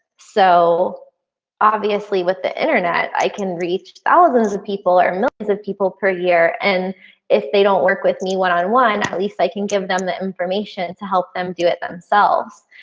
so obviously with the internet i can reach thousands of people or millions of people per year and if they don't work with me one on one, at least i can give them the information to help them do it themselves.